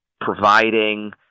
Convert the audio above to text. providing